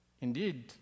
Indeed